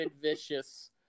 vicious